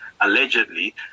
allegedly